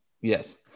Yes